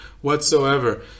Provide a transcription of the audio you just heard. whatsoever